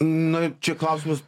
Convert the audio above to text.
na čia klausimas